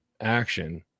action